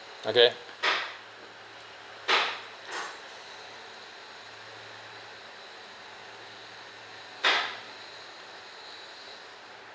okay